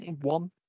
One